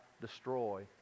destroy